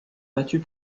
battue